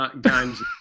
games